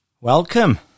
Welcome